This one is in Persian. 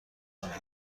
کنید